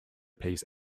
piece